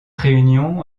réunion